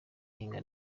ihinga